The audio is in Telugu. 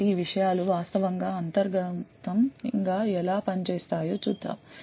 కాబట్టి ఈ విషయాలు వాస్తవంగా అంతర్గతం గా ఎలా పనిచేస్తాయో చూద్దాం